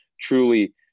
truly